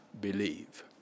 believe